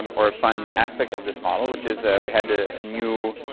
um or a fun aspect of this model. which is, we had ah a new